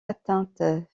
atteinte